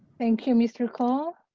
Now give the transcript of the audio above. thank you, mr. cole.